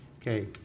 okay